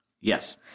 yes